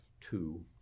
two